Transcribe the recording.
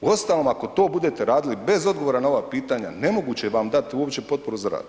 Uostalom ako to budete radili bez odgovora na ova pitanja nemoguće vam dat uopće potporu za rad.